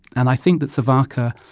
and i think that savarkar,